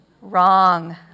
Wrong